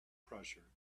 pressure